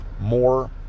more